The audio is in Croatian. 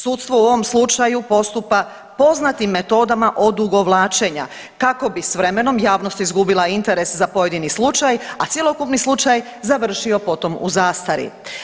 Sudstvo u ovom slučaju postupa poznatim metodama odugovlačenja kako bi s vremenom javnost izgubila interes za pojedini slučaj, a cjelokupni slučaj završio potom u zastari.